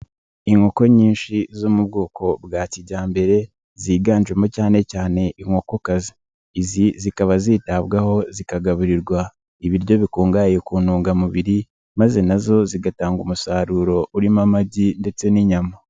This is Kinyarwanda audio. Inkoko nyinshi zo mu bwoko bwa kijyambere, ziganjemo cyane cyane inkokozi. Izi zikaba zitabwaho zikagaburirwa ibiryo bikungahaye ku ntungamubiri maze nazo zigatanga umusaruro urimo amagi ndetse n'inyama.